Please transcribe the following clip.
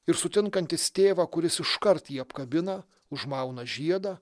ir sutinkantis tėvą kuris iškart jį apkabina užmauna žiedą